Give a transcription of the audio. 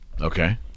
Okay